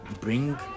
bring